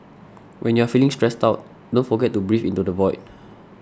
when you are feeling stressed out don't forget to breathe into the void